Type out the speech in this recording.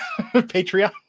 Patreon